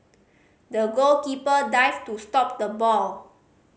the goalkeeper dived to stop the ball